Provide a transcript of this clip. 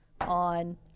on